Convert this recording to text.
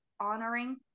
honoring